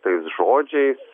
tais žodžiais